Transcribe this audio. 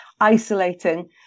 isolating